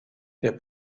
der